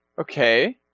Okay